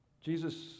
Jesus